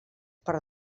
per